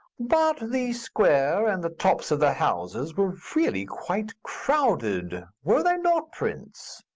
but the square and the tops of the houses were really quite crowded, were they not, prince?